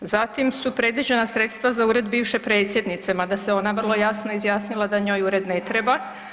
Zatim su predviđena sredstva za ured bivše predsjednice, mada se ona vrlo jasno izjasnila da njoj ured ne treba.